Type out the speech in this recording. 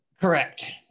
Correct